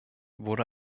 wurde